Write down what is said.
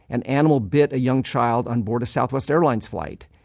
an animal bit a young child on board a southwest airlines flight.